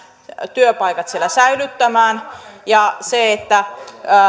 työpaikat siellä säilyttämään ja että